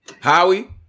howie